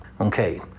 Okay